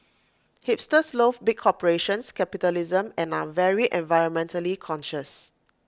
hipsters loath big corporations capitalism and are very environmentally conscious